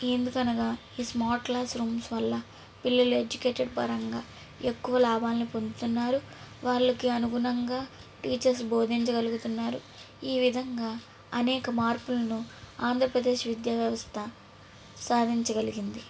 ఎందుకనగా ఈ smart class rooms వల్ల పిల్లలు ఎడ్యుకేటెడ్ పరంగా ఎక్కువ లాభాలను పొందుతున్నారు వాళ్ళకి అనుగుణంగా టీచర్స్ బోధించగలుగుతున్నారు ఈ విధంగా అనేక మార్పులను ఆంధ్రప్రదేశ్ విద్యా వ్యవస్థ సాధించగలిగింది